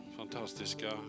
fantastiska